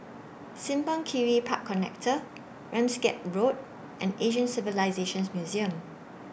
Simpang Kiri Park Connector Ramsgate Road and Asian Civilisations Museum